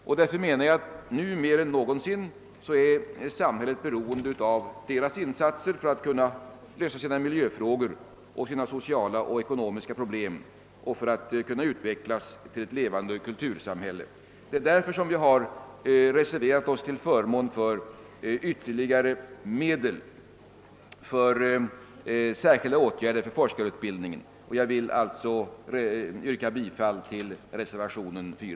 Jag menar att samhället nu mer än någonsin är beroende av deras insatser för att kunna lösa sina miljöfrågor samt de sociala och ekonomiska problemen för att kunna utvecklas till ett levande kultursamhälle. Detta är orsaken till att vi har reserverat oss för ytterligare medel till särskilda åtgärder för forskarutbildningen. Herr talman! Jag yrkar bifall till reservationen 7.